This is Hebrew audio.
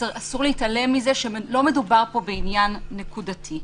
אסור להתעלם מזה שלא מדובר פה בעניין נקודתי.